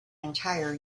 entire